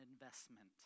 investment